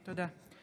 תודה.